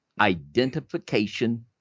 identification